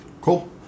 Cool